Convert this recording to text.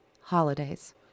holidays